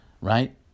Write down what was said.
Right